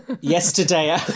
Yesterday